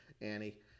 Annie